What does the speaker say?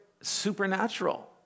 supernatural